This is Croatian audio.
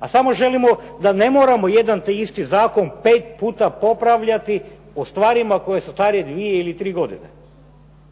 A samo želimo da ne moramo jedan te isti zakon pet puta popravljati u stvarima koje su stare dvije ili tri godine.